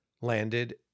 landed